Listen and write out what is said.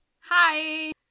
Hi